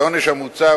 העונש המוצע,